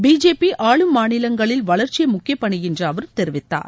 BJP ஆளும் மாநிலங்களில் வளர்ச்சியே முக்கிய பணி என்று அவர் தெரிவித்தார்